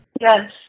Yes